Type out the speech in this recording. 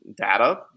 data